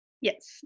Yes